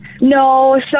No